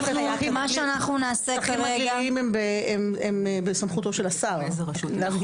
שטחים גליליים הם בסמכותו של השר להעביר את נקודת